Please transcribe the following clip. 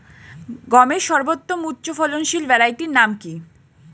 গমের সর্বোত্তম উচ্চফলনশীল ভ্যারাইটি নাম কি?